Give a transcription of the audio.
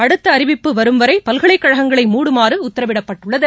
அடுத்த அறிவிப்பு வரும் வரை பல்கலைக்கழகங்களை மூடுமாறு உத்தரவிடப்பட்டுள்ளது